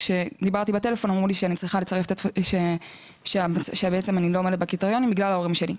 כשדיברתי בטלפון אמרו לי שאני לא עומדת בקריטריונים בגלל ההורים שלי.